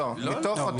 לא, לא.